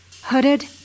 Hooded